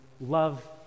love